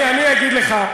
אני אגיד לך.